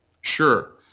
Sure